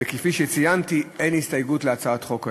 וכפי שציינתי, אין הסתייגות להצעת החוק.